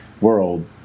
world